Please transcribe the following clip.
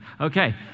Okay